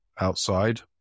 outside